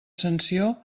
sanció